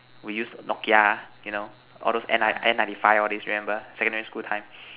we use Nokia you know all those N ninety five all these remember secondary school time